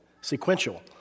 sequential